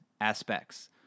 aspects